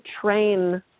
train